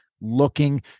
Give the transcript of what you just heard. looking